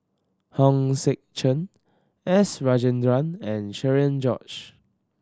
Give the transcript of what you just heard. Hong Sek Chern S Rajendran and Cherian George